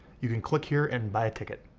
you can click here and buy a ticket.